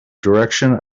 direction